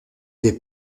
des